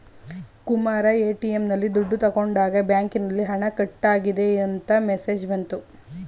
Kumara ATM ನಲ್ಲಿ ದುಡ್ಡು ತಗೊಂಡಾಗ ಬ್ಯಾಂಕಿನಲ್ಲಿ ಹಣ ಕಟ್ಟಾಗಿದೆ ಅಂತ ಮೆಸೇಜ್ ಬಂತು